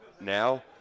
Now